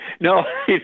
No